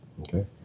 okay